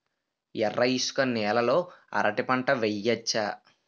ఎర్ర ఇసుక నేల లో అరటి పంట వెయ్యచ్చా?